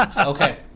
Okay